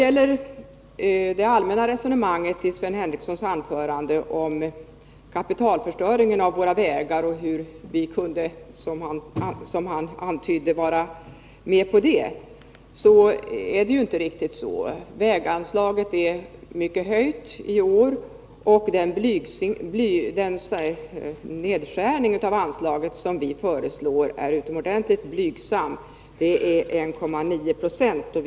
I sitt allmänna resonemang om kapitalförstöringen när det gäller vägväsendet frågade Sven Henricsson hur vi kunde acceptera den. Men det är inte så. Väganslaget är i år kraftigt höjt, och den nedskärning av anslaget som vi föreslår är utomordentligt blygsam, nämligen 1,9 96.